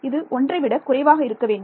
இது ஒன்றை விட குறைவாக இருக்க வேண்டும்